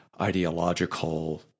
ideological